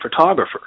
photographer